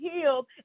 healed